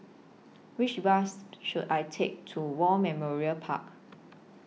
Which Bus should I Take to War Memorial Park